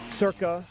circa